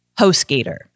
HostGator